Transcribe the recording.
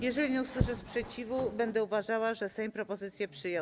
Jeżeli nie usłyszę sprzeciwu, będę uważała, że Sejm propozycję przyjął.